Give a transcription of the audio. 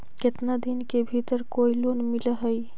केतना दिन के भीतर कोइ लोन मिल हइ?